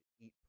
eat